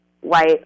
white